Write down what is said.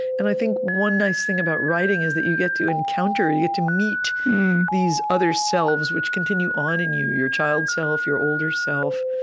and i think one nice thing about writing is that you get to encounter, you get to meet these other selves, which continue on in you your child self, your older self,